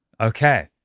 Okay